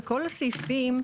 בכל הסעיפים,